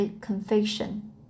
confession